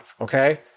okay